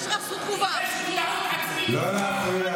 לא אמרתי שם.